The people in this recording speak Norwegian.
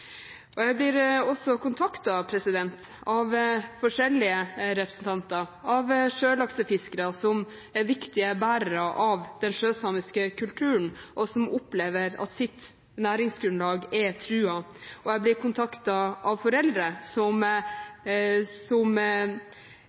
stille. Jeg blir også kontaktet av forskjellige representanter – av sjølaksefiskere, som er viktige bærere av den sjøsamiske kulturen, og som opplever at deres næringsgrunnlag er truet, og jeg blir kontaktet av foreldre som